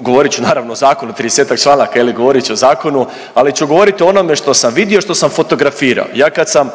govorit ću o zakonu, ali ću govoriti o onome što sam vidio, što sam fotografirao. Ja kad sam